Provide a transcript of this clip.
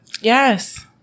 yes